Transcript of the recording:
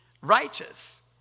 righteous